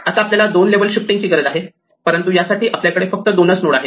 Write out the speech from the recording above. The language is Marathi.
आता आपल्याला दोन लेव्हल शिफ्टिंगची गरज आहे परंतु यासाठी आपल्याकडे फक्त दोनच नोड आहे